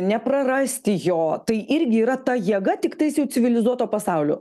neprarasti jo tai irgi yra ta jėga tiktais jau civilizuoto pasaulio